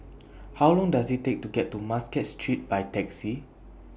How Long Does IT Take to get to Muscat Street By Taxi